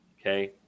Okay